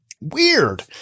Weird